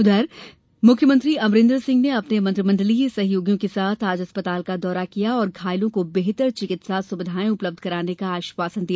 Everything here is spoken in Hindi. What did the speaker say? उधर मुख्यमंत्री अमरिन्दर सिंह ने अपने मंत्रिमंडलीय सहयोगियों के साथ आज अस्पताल का दौरा किया और घायलों को बेहतर चिकित्सा सुविधायें उपलब्ध कराने का आश्वासन दिया